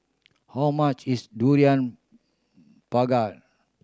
how much is durian